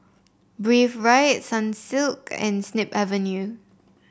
Breathe Right Sunsilk and Snip Avenue